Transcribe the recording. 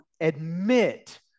admit